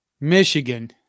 Michigan